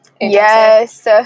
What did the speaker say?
Yes